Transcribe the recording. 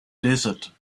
desert